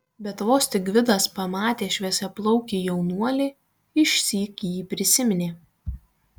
bet vos tik gvidas pamatė šviesiaplaukį jaunuolį išsyk jį prisiminė